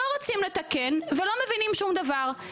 לא רוצים לתקן, ולא מבינים שום דבר.